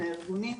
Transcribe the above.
מהארגונים.